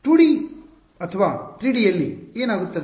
2ಡಿ ಅಥವಾ 3ಡಿ ಯಲ್ಲಿ ಏನಾಗುತ್ತದೆ